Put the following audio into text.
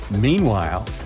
Meanwhile